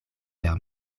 per